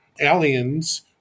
aliens